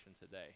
today